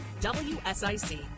WSIC